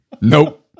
nope